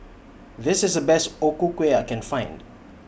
This IS The Best O Ku Kueh I Can Find